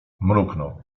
mruknął